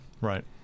Right